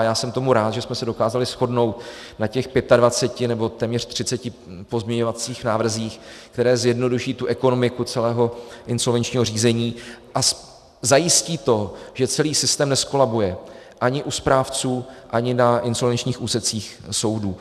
Já jsem tomu rád, že jsme se dokázali shodnout na těch 25 nebo téměř 30 pozměňovacích návrzích, které zjednoduší ekonomiku celého insolvenčního řízení a zajistí to, že celý systém nezkolabuje ani u správců, ani na insolvenčních úsecích soudů.